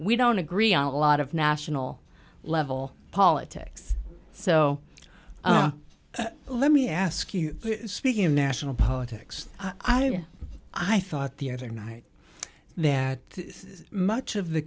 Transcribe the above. we don't agree on a lot of national level politics so let me ask you speaking in national politics i mean i thought the other night that much of the